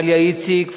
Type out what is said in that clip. דליה איציק,